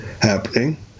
happening